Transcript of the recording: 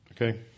Okay